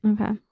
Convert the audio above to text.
Okay